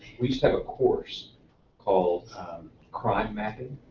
we just had a course called crime method.